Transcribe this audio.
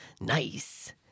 Nice